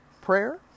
prayer